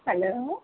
hello